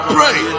Pray